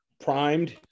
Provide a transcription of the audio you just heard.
primed